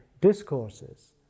discourses